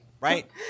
Right